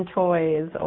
toys